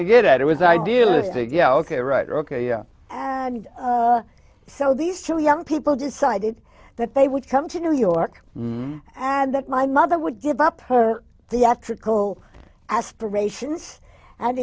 to get at it was idealistic yeah ok right ok and so these two young people decided that they would come to new york and that my mother would give up her the ethical aspirations and